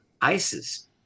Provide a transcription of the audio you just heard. ISIS